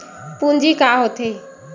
पूंजी का होथे?